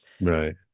Right